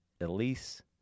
Elise